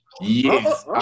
Yes